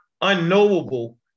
unknowable